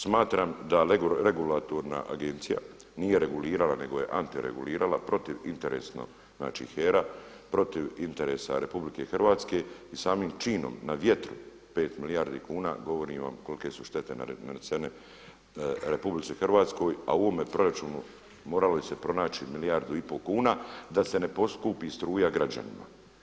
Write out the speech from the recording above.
Smatram da regulatorna agencija nije regulirala nego je antiregulirala protiv interesnog, znači HERA, protiv interesa RH i samim činom na vjetru 5 milijardi kuna govori vam kolike su štete nanesene RH a u ovome proračunu moralo se pronaći milijardu i pol kuna da se ne poskupi struja građanima.